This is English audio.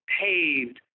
paved